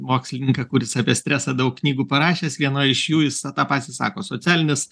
mokslininką kuris apie stresą daug knygų parašęs viena iš jų jis tą patį sako socialinis